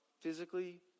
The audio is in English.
physically